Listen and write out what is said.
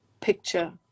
picture